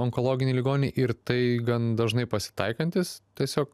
onkologiniai ligoniai ir tai gan dažnai pasitaikantis tiesiog